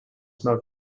smoke